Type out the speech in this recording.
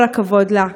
כל הכבוד לה.